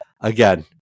Again